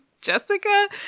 Jessica